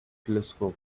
telescope